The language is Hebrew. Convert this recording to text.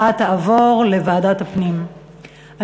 הנושא עובר לוועדת הפנים והגנת הסביבה.